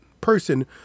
person